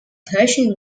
persian